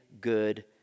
good